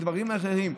מדברים אחרים,